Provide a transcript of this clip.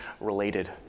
related